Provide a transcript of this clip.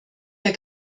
der